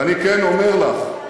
ואני כן אומר לך,